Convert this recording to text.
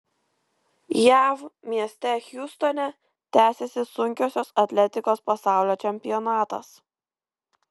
jav mieste hjustone tęsiasi sunkiosios atletikos pasaulio čempionatas